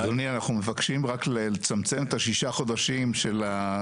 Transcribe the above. אדוני אנחנו מבקשים רק לצמצם את הששה חודשים שלרשות